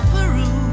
Peru